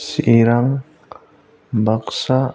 Chirang Baksa